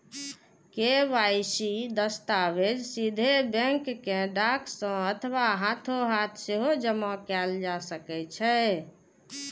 KYC दस्तावेज सीधे bank कें डाक सं अथवा हाथोहाथ सेहो जमा कैल जा सकै छै